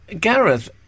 Gareth